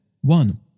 one